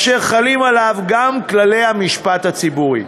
אשר חלים עליו גם כללי המשפט הציבורי.